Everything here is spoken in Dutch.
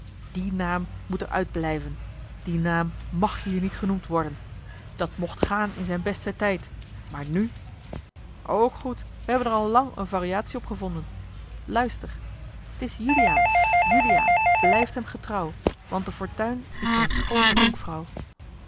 die naam moet er buiten blijven die naam màg hier niet genoemd worden dat mocht gaan in zijn besten tijd maar nu ook goed wij hebben er al lang eene variatie op gevonden luister t is juliaan juliaan blijft hem getrouw want de fortuin is zijn schoone jonkvrouw